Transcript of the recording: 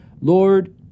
Lord